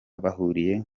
bahuriye